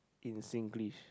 in Singlish